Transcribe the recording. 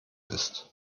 ist